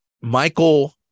Michael